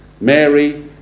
Mary